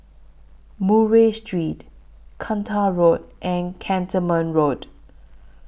Murray Street Kinta Road and Cantonment Road